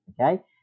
okay